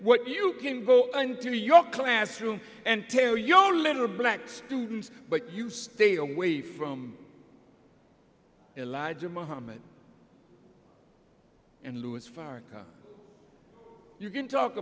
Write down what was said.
what you can go into your classroom and tell your little black students but you stay away from a larger mohammed and louis farrakhan you can talk